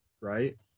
right